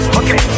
okay